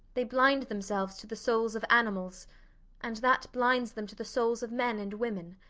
they blind themselves to the souls of animals and that blinds them to the souls of men and women.